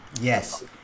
yes